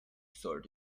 sort